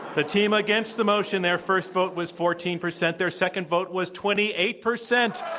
the team against the motion, their first vote was fourteen percent. their second vote was twenty eight percent.